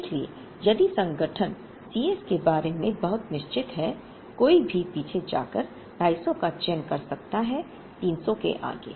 इसलिए यदि संगठन C s के बारे में बहुत निश्चित है तो संदर्भ समय देखें 0151 कोई भी पीछे जाकर 250 का चयन कर सकता है 300 के आगे